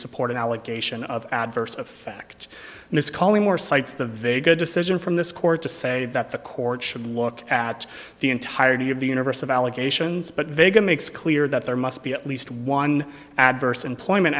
support an alec nation of adverse effect is calling more sites the very good decision from this court to say that the court should look at the entirety of the universe of allegations but vague and makes clear that there must be at least one adverse employment